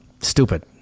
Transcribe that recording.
Stupid